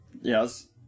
Yes